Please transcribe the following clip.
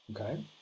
okay